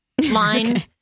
line